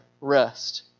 rest